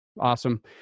Awesome